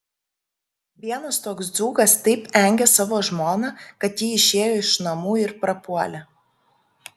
vienas toks dzūkas taip engė savo žmoną kad ji išėjo iš namų ir prapuolė